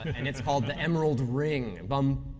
and it's called the emerald ring, bum-bum-bum!